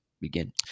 begin